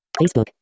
Facebook